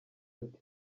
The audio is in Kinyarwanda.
ati